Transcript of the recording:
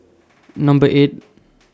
Number eight